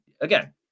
again